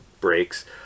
breaks